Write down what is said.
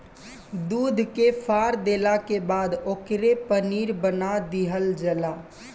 दूध के फार देला के बाद ओकरे पनीर बना दीहल जला